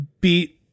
beat